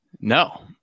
No